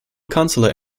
councilor